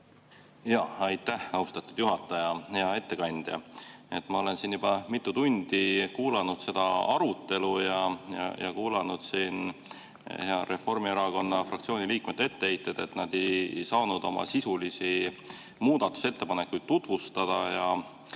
Aitäh, austatud juhataja! Hea ettekandja! Ma olen siin juba mitu tundi kuulanud seda arutelu ja hea Reformierakonna fraktsiooni liikmete etteheiteid, et nad ei saanud oma sisulisi muudatusettepanekuid tutvustada ja